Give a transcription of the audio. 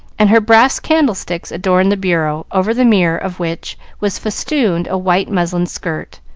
and her brass candlesticks adorned the bureau, over the mirror of which was festooned a white muslin skirt,